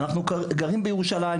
אנחנו גרים בירושלים,